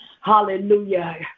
hallelujah